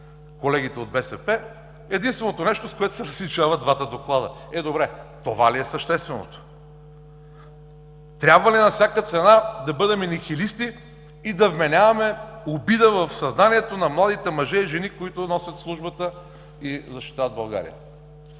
колегите от БСП: единственото нещо, с което се различават двата доклада. Е, добре, това ли е същественото? Трябва ли на всяка цена да бъдем нихилисти и да вменяваме обида в съзнанието на младите мъже и жени, които носят службата и защитават България.